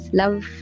love